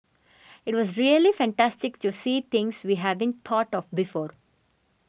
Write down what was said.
it was really fantastic to see things we haven't thought of before